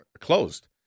closed